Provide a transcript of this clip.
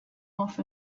off